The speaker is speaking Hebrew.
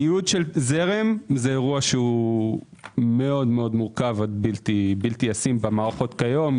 ניוד של זרם זה אירוע מאוד מורכב עד בלתי ישים במערכות כיום.